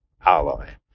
alloy